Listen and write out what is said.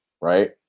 right